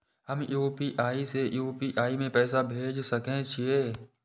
हम यू.पी.आई से यू.पी.आई में पैसा भेज सके छिये?